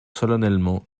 solennellement